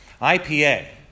IPA